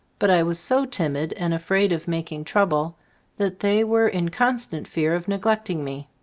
but i was so timid and afraid of making trouble that they were in constant fear of neglecting me